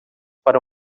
para